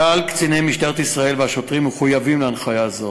כלל קציני משטרת ישראל והשוטרים מחויבים להנחיה זו.